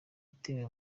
itewe